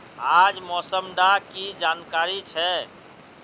आज मौसम डा की जानकारी छै?